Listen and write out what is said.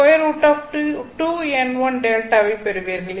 Δ ஐப் பெறுவீர்கள்